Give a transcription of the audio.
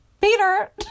Peter